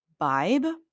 vibe